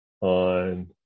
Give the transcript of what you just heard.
on